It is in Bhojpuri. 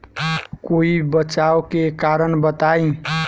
कोई बचाव के कारण बताई?